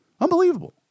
Unbelievable